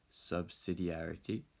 subsidiarity